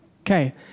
okay